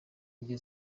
iryo